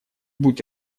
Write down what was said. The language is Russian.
будь